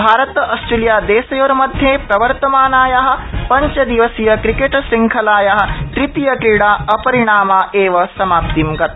Bharata Australia देशर्योमध्ये प्रवर्तमानाया पञ्चदिवसीय क्रिकेटश्रृंखलाया तृतीय क्रीडा अपरिणा एव समाप्निं गता